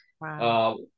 Wow